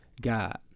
God